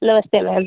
नमस्ते मैम